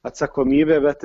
atsakomybė bet